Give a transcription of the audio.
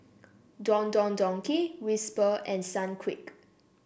Don Don Donki Whisper and Sunquick